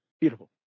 beautiful